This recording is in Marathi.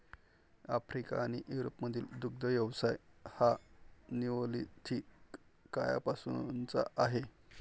आफ्रिका आणि युरोपमधील दुग्ध व्यवसाय हा निओलिथिक काळापासूनचा आहे